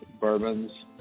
bourbons